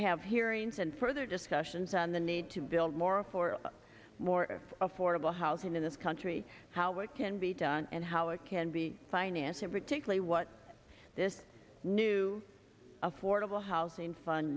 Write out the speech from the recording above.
have hearings and further discussions on the need to build more for more affordable housing in this country how worked and be done and how it can be financed and particularly what this new affordable housing fund